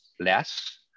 less